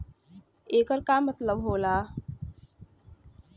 येकर का मतलब होला?